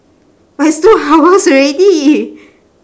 but it's two hours already